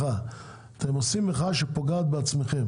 המחאה היא מחאה